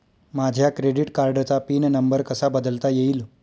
माझ्या क्रेडिट कार्डचा pin number कसा बदलता येईल?